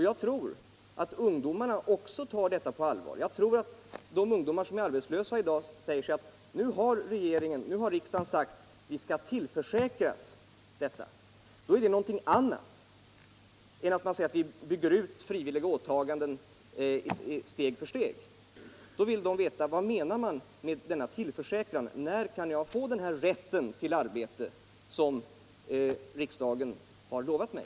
Jag tror att ungdomarna också tar detta på allvar och att ungdomar som i dag är arbetslösa säger sig att nu har regering och riksdag lovat att vi skall tillförsäkras detta. Det är ju någonting annat än att säga att vi bygger upp frivilliga åtaganden steg för steg. Då vill ungdomarna veta: Vad menar man med denna tillförsäkran? När kan vi få den här rätten till arbete som riksdagen har lovat oss?